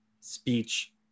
speech